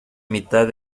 mitad